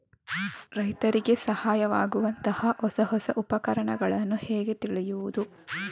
ರೈತರಿಗೆ ಸಹಾಯವಾಗುವಂತಹ ಹೊಸ ಹೊಸ ಉಪಕರಣಗಳನ್ನು ಹೇಗೆ ತಿಳಿಯುವುದು?